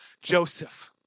Joseph